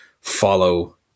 follow